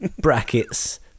brackets